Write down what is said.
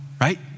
Right